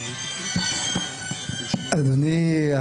אדוני,